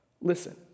listen